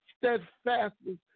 steadfastness